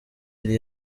yari